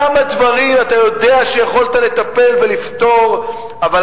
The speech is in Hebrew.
כמה דברים אתה יודע שיכולת לטפל בהם ולפתור אותם בזה,